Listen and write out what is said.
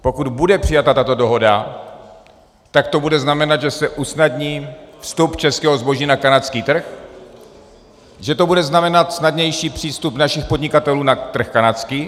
Pokud bude přijata tato dohoda, tak to bude znamenat, že se usnadní vstup českého zboží na kanadský trh, že to bude znamenat snadnější přístup našich podnikatelů na trh kanadský.